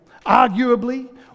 arguably